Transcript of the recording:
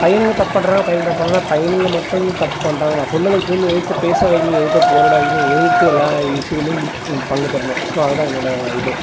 பையனுங்க தப்பு பண்ணுறாங்க பையனுங்க தப்பு பண்ணுறாங்கன்னா பையனுங்க மட்டும் தான் தப்பு பண்ணுறாங்களா பொண்ணுங்களை திரும்பி எதிர்த்து பேச வைங்க எதிர்த்து போராட வைக்கணும் எதிர்த்து எல்லா விஷியத்துலையும் பங்கு பெறணும் ஸோ அதுதான் என்னோட இது